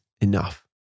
enough